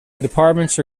departments